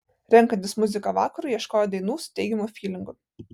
renkantis muziką vakarui ieškojo dainų su teigiamu fylingu